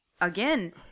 Again